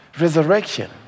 resurrection